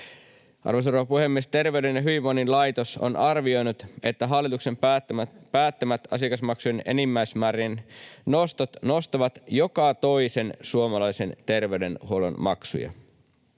Arvoisa rouva puhemies! Terveyden ja hyvinvoinnin laitos on arvioinut, että hallituksen päättämät asiakasmaksujen enimmäismäärien nostot nostavat joka toisen suomalaisen terveydenhuollon maksuja.